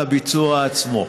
על הביצוע עצמו.